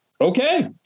okay